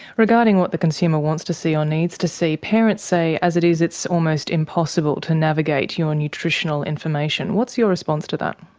regarding what the consumer wants to see or needs to see, parents say as it is, it's almost impossible to navigate your nutritional information. what's your response to that?